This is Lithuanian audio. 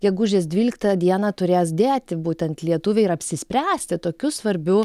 gegužės dvyliktą dieną turės dėti būtent lietuviai ir apsispręsti tokiu svarbiu